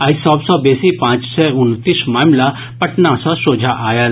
आइ सभ सॅ बेसी पांच सय उनतीस मामिला पटना सॅ सोझा आयल